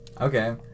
Okay